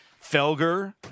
Felger